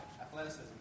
Athleticism